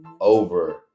over